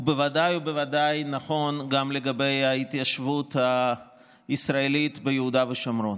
הוא בוודאי ובוודאי נכון גם לגבי ההתיישבות הישראלית ביהודה ושומרון.